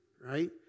right